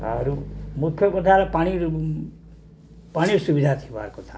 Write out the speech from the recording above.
ଆହୁରି ମୁଖ୍ୟ କଥା ହେଲା ପାଣି ପାଣି ସୁବିଧା ଥିବାର କଥା